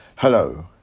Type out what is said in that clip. Hello